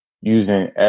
using